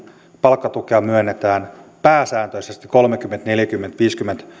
palkkatukea myönnetään pääsääntöisesti kolmekymmentä viiva neljäkymmentä viidenkymmenen